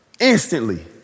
instantly